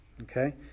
okay